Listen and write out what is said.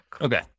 Okay